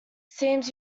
seems